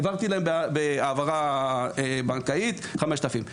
העברתי להם בהעברה בנקאית 5,000 שקלים.